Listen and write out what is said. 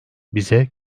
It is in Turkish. bize